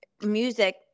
music